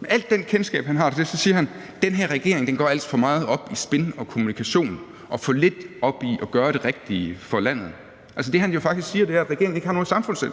Med alt det kendskab, han har til det, siger han, at den her regering går alt for meget op i spin og kommunikation og for lidt op i at gøre det rigtige for landet. Det, han jo faktisk siger, er, at regeringen ikke har noget samfundssind,